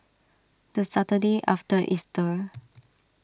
the Saturday after Easter